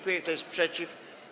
Kto jest przeciw?